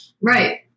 Right